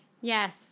Yes